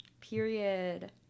period